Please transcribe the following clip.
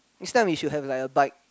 next time we should have like a bike